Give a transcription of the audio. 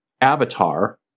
Avatar